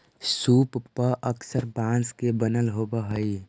सूप पअक्सर बाँस के बनल होवऽ हई